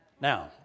Now